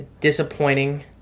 disappointing